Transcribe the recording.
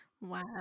wow